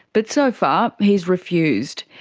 but so far he's refused.